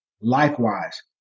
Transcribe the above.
Likewise